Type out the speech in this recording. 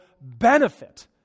benefit